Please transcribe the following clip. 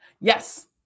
Yes